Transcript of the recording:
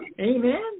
Amen